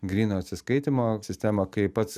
gryno atsiskaitymo sistemą kai pats